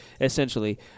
essentially